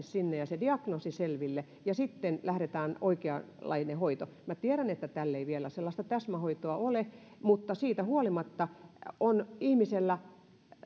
sinne ja diagnoosin selville ja sitten lähdetään oikeanlaiseen hoitoon minä tiedän että tälle ei vielä sellaista täsmähoitoa ole mutta siitä huolimatta on ihmiselle